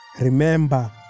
Remember